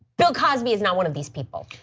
bill cosby is not one of these people.